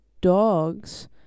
dogs